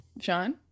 Sean